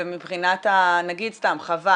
ונגיד סתם,